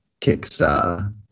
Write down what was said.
Kickstarter